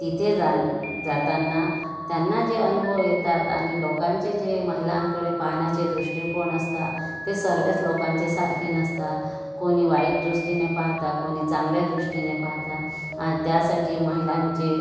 तिथे जा जाताना त्यांना जे अनुभव येतात आणि लोकांचे जे महिलांकडे पाहण्याचे दृष्टिकोन असतात ते सर्वच लोकांचे सारखे नसतात कोणी वाईट दृष्टीने पाहता कोणी चांगल्या दृष्टीने पाहतात आणि त्यासाठी महिलांचे